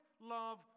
love